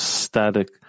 static